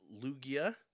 Lugia